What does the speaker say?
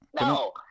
No